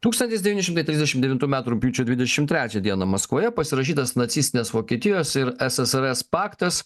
tūkstantis devyni šimtai trisdešimt devintų metų rugpjūčio dvidešimt trečią dieną maskvoje pasirašytas nacistinės vokietijos ir ssrs paktas